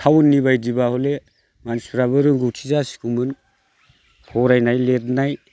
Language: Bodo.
थाउननि बायदिबा हले मानसिफ्राबो रोंगौथि जासिगौमोन फरायनाय लिरनाय